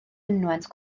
mynwent